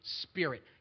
Spirit